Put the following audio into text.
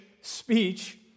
speech